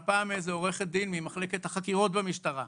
הפעם מאיזה עורכת דין ממחלקת החקירות במשטרה,